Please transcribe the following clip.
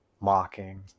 mocking